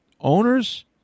Owners